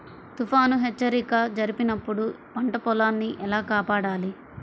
తుఫాను హెచ్చరిక జరిపినప్పుడు పంట పొలాన్ని ఎలా కాపాడాలి?